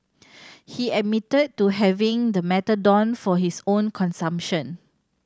he admitted to having the methadone for his own consumption